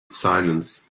silence